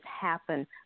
happen